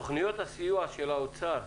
תכניות הסיוע של האוצר